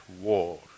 war